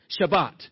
Shabbat